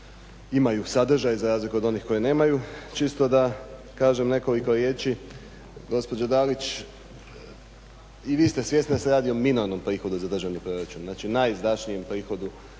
imaju sadržaj za razliku od onih koje nemaju. Čisto da kažem nekoliko riječi gospođo Dalić i vi ste svjesni da se radi o minornom prihodu za državni proračuna, dakle najizdašnijem prihodu